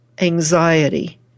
anxiety